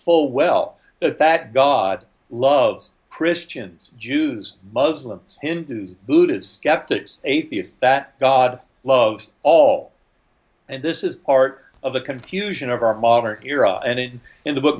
full well that god loves christians jews muslims hindus buddhists skeptics atheists that god loves all and this is part of the confusion of our modern era and in in the book